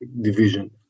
division